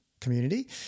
community